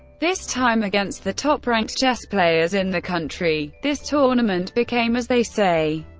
this time against the top-ranked chess players in the country this tournament became, as they say,